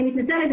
אני מתנצלת.